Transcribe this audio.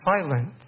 silent